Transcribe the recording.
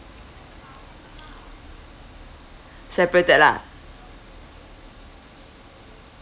separated lah